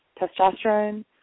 testosterone